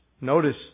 Notice